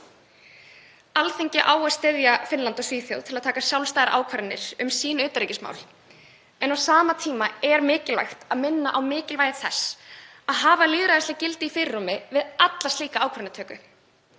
Alþingi á að styðja Finnland og Svíþjóð til að taka sjálfstæðar ákvarðanir um sín utanríkismál en á sama tíma er mikilvægt að minna á mikilvægi þess að hafa lýðræðisleg gildi í fyrirrúmi við alla slíka ákvarðanatöku.